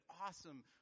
awesome